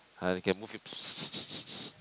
I can move him